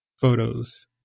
photos